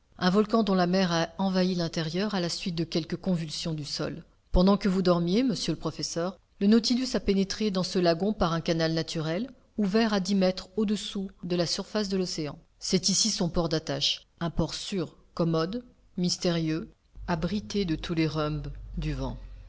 un volcan dont la mer a envahi l'intérieur à la suite de quelque convulsion du sol pendant que vous dormiez monsieur le professeur le nautilus a pénétré dans ce lagon par un canal naturel ouvert à dix mètres au-dessous de la surface de l'océan c'est ici son port d'attache un port sûr commode mystérieux abrité de tous les rhumbs du vent